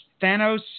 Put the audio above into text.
Thanos